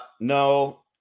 no